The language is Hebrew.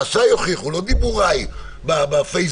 מעשיי יוכיחו, לא דיבוריי בפייסבוק.